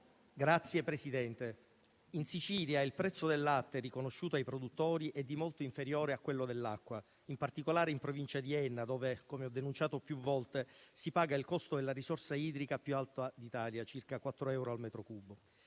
Signor Presidente, in Sicilia il prezzo del latte riconosciuto ai produttori è di molto inferiore a quello dell'acqua e, in particolare, in provincia di Enna, dove, come ho denunciato più volte, si paga il costo della risorsa idrica più alta d'Italia (circa 4 euro al metro cubo).